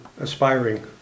aspiring